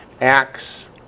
acts